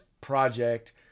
project